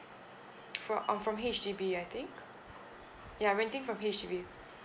fro~ oh from H_D_B I think ya renting from H_D_B